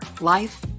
life